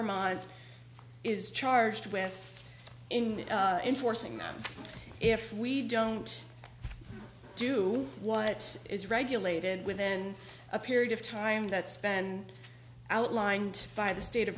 vermont is charged with in enforcing that if we don't do what is regulated within a period of time that span outlined by the state of